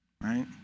right